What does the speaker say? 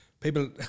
people